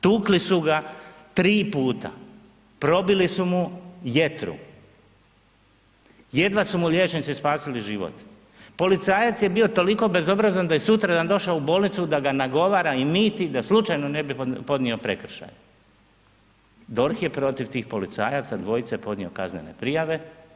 Tukli su ga 3 puta, probili su mu jetru, jedva su mu liječnici spasili život, policajac je bio toliko bezobrazan da je sutradan došao u bolnicu da ga nagovara i miti da slučajno ne bi podnio prekršaj, DORH je tih policajaca, dvojice, podnio kaznene prijave.